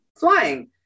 Flying